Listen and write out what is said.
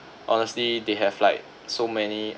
honestly they have like so many